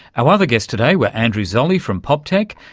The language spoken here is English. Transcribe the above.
our other guests today were andrew zolli from poptech,